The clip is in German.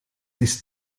ist